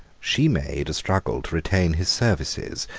she made a struggle to retain his services,